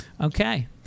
Okay